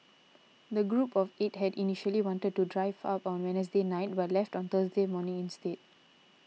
the group of eight had initially wanted to drive up on Wednesday night but left on Thursday morning instead